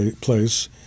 place